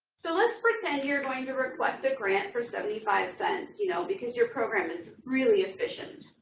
so let's pretend you're going to request a grant for seventy five cents, you know, because your program is really efficient.